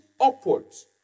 upwards